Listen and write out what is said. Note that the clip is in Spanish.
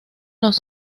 los